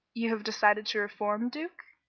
you have decided to reform, duke?